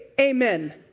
amen